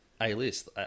A-list